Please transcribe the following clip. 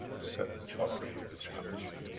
look at the charter of the keshe foundation.